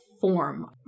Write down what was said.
form